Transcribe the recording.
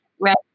right